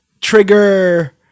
trigger